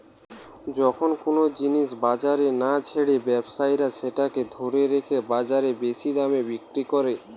যখন কুনো জিনিস বাজারে না ছেড়ে ব্যবসায়ীরা সেটাকে ধরে রেখে বাজারে বেশি দামে বিক্রি কোরে